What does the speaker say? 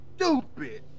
Stupid